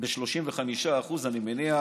ב-35% אני מניח